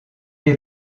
est